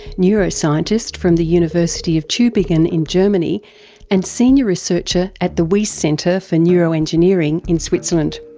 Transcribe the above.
neuroscientist from the university of tubingen in germany and senior researcher at the wyss centre for neuroengineering in switzerland.